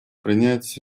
принять